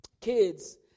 Kids